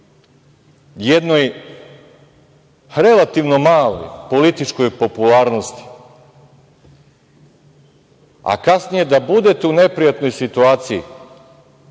jednoj relativno maloj političkoj popularnosti, a kasnije da budete u neprijatnoj situaciji